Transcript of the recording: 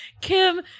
kim